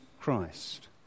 Christ